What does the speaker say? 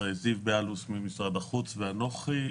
וחברים מר זיו בילאוס ממשרד החוץ ואנוכי.